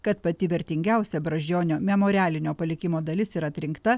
kad pati vertingiausia brazdžionio memorialinio palikimo dalis yra atrinkta